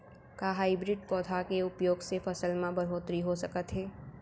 का हाइब्रिड पौधा के उपयोग से फसल म बढ़होत्तरी हो सकत हे?